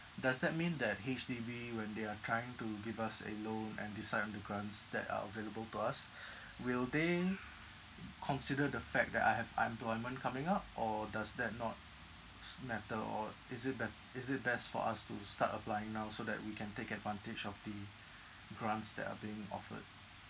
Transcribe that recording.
does that mean that H_D_B when they are trying to give us a loan and decide on the grants that are available to us will they consider the fact that I have uh employment coming up or does that not matter or is it bet~ is it best for us to start applying now so that we can take advantage of the grants that are being offered